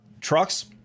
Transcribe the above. trucks